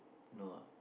no ah